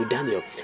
Daniel